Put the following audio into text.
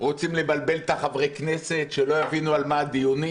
רוצים לבלבל את חברי הכנסת שלא יבינו על מה הדיונים.